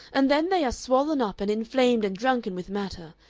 and then they are swollen up and inflamed and drunken with matter.